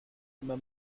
immer